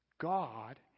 God